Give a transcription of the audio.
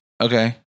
Okay